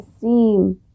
seem